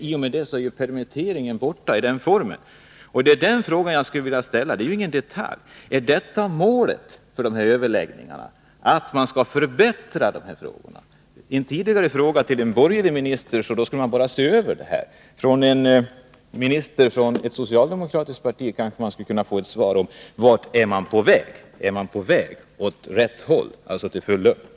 I och med detta skulle permittering i nuvarande form tas bort. Den fråga som jag skulle vilja ställa — och det gäller inte någon detalj — är om målet för dessa överläggningar är att man skall förbättra reglerna. På en tidigare fråga till en borgerlig minister fick jag svaret att man skulle se över dessa regler. Av en minister från ett socialdemokratiskt parti kanske jag skulle kunna få ett besked om vart man är på väg. Är man på väg åt rätt håll, alltså till full lön?